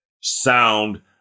sound